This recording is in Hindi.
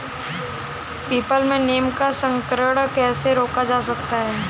पीपल में नीम का संकरण कैसे रोका जा सकता है?